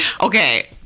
Okay